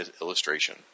illustration